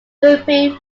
during